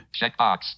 checkbox